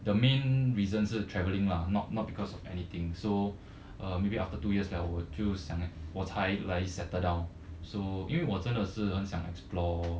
the main reason 是 travelling lah not not because of anything so uh maybe after two years liao 我就想来我才来 settle down so 因为我真的是很想 explore